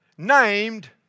Named